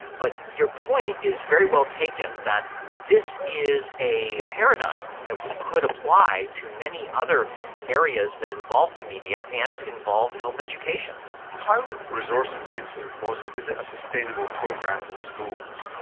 but your point is very well taken, that this is a paradigm that we could apply to many other areas that involve the media and involve health education. so how resource intensive was it? is it a sustainable program in schools?